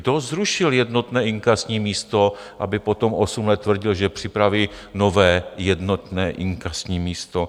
Kdo zrušil jednotné inkasní místo, aby potom osm let tvrdil, že připraví nové jednotné inkasní místo?